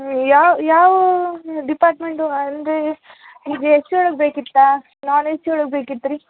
ಹ್ಞೂ ಯಾವ ಯಾವ ಡಿಪಾರ್ಟ್ಮೆಂಟು ಅಂದ್ರಿ ನೀವು ಏ ಸಿ ಒಳಗೆ ಬೇಕಿತ್ತೋ ನಾನ್ ಏ ಸಿ ಒಳಗೆ ಬೇಕಿತ್ರಿ